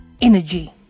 Energy